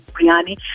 biryani